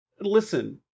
Listen